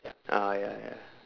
ah ya ya